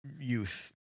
youth